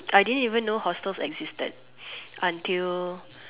I didn't even know hostel existed until